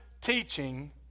teaching